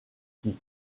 qui